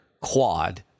quad